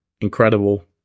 incredible